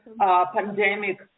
pandemic